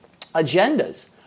agendas